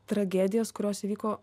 tragedijas kurios vyko